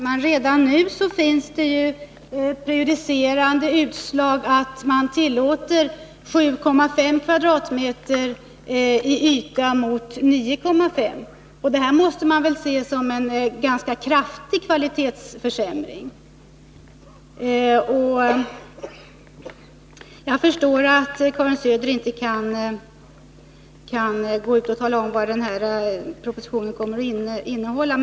Herr talman! Redan nu finns det ju prejudicerande utslag som innebär att man tillåter 7,5 kvadratmeters yta per barn mot fastställda 9,5 kvadratmeter. Det måste man väl se som en ganska kraftig kvalitetsförsämring. Jag förstår att Karin Söder inte kan gå ut och tala om vad denna proposition kommer att innehålla.